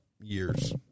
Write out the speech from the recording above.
years